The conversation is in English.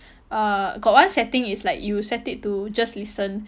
uh got one setting is like you just set it to just listen